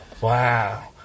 wow